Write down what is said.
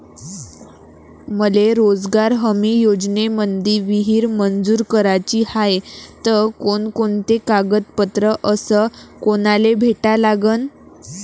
मले रोजगार हमी योजनेमंदी विहीर मंजूर कराची हाये त कोनकोनते कागदपत्र अस कोनाले भेटा लागन?